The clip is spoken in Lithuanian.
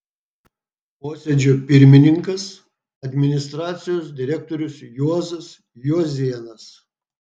posėdžio pirmininkas administracijos direktorius juozas juozėnas